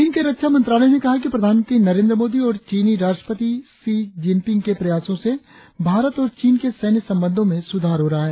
चीन के रक्षा मंत्रालय ने कहा है कि प्रधानमंत्री नरेंद्र मोदी और चीनी राष्ट्रपति षी जिनपिंग के प्रयासों से भारत और चीन के सैन्य संबंधों में सुधार हो रहा है